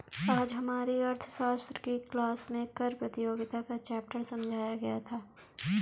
आज हमारी अर्थशास्त्र की क्लास में कर प्रतियोगिता का चैप्टर समझाया गया था